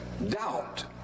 Doubt